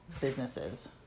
businesses